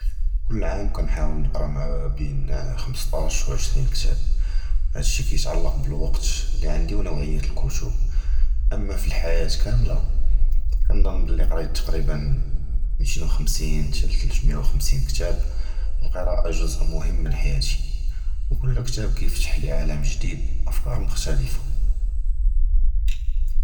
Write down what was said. כּול עָאם כּנְחַאוּל נְקְרָא בֵּין חֻמְשְטַאש וְעֶשְרִין קִתַאב, הַדָּא שִׁי כִּיַּתְעַלֶק בְּלוַקְת וְנוּוַעִיַּת הַקִּתַאב, אִמָא פְחַיַאת כָּמְלָה כּנְצַנּ בְּלִי קְרֵית תְּקְרִיבָאן, מֵיתֵין וְחֻמְשִין לִתְלְתִּמִיָּה קִתַאב, הַקְּרָאָה גּ'וּזּ מְהִם מִן חַיַּאתִי וְכּול קִתַאב כִּיַּפְתַחְלִי עָלַם גְ'דִיד, אַפְכָּאר מֻכְתַלְפָה.